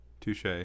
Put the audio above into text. Touche